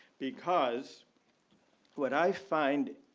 because what i find